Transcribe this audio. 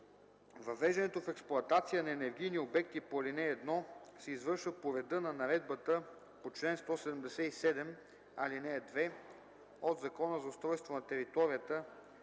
Въвеждането в експлоатация на енергийни обекти по ал. 1 се извършва по реда на наредбата по чл. 177, ал. 2 от Закона за устройство на територията,